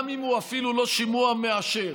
גם אם הוא לא שימוע מאשר,